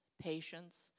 patience